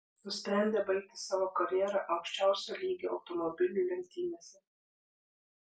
nusprendė baigti savo karjerą aukščiausio lygio automobilių lenktynėse